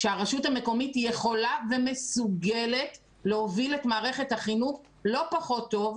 שהרשות המקומית יכולה ומסוגלת להוביל את מערכת החינוך לא פחות טוב,